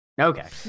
Okay